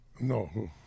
No